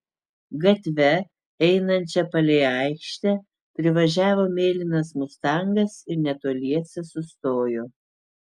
gatve einančia palei aikštę privažiavo mėlynas mustangas ir netoliese sustojo